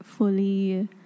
Fully